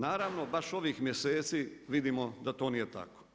Naravno, baš ovih mjeseci vidimo da to nije tako.